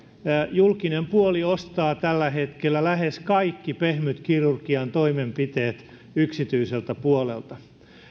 julkinen puoli ostaa tällä hetkellä lähes kaikki pehmytkirurgian toimenpiteet yksityiseltä puolelta